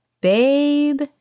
Babe